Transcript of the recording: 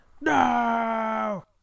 No